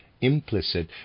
implicit